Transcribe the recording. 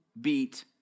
beat